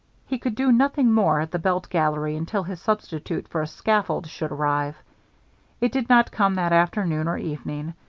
he could do nothing more at the belt gallery until his substitute for a scaffold should arrive it did not come that afternoon or evening,